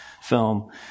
film